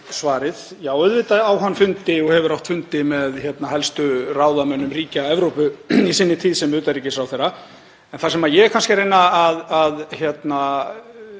svarið. Já, auðvitað á hann fundi og hefur átt fundi með helstu ráðamönnum ríkja Evrópu í sinni tíð sem utanríkisráðherra. En það sem ég er kannski að reyna að draga